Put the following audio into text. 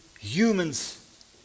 Humans